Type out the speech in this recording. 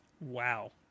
wow